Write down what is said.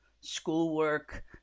schoolwork